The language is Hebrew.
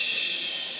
ששש.